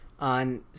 On